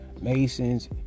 Masons